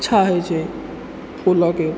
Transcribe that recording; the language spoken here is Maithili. अच्छा होइ छै फूलके